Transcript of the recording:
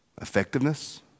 effectiveness